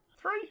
three